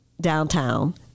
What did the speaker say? downtown